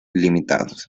limitados